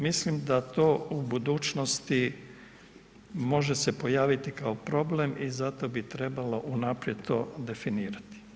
Mislim da to u budućnosti može se pojaviti kao problem i zato bi trebalo unaprijed to definirati.